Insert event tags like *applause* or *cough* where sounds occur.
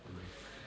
*noise*